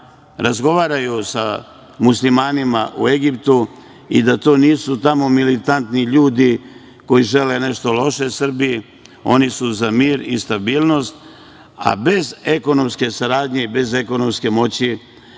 razgovaraju sa Muslimanima u Egiptu i da tamo nisu militantni ljudi koji žele nešto loše Srbiji. Oni su za mir i stabilnost. Bez ekonomske saradnje i bez ekonomske moći